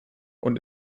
und